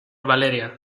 valeria